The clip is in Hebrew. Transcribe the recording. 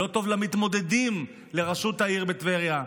לא טוב למתמודדים לראשות העיר בטבריה.